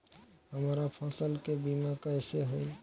हमरा फसल के बीमा कैसे होई?